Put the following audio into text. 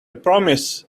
promise